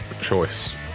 choice